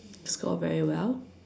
score very well